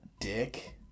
dick